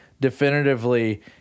definitively